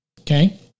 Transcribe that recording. okay